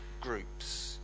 groups